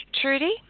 Trudy